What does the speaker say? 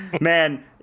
Man